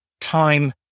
time